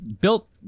built